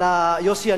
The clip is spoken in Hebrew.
יוסי,